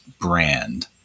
brand